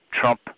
Trump